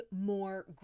more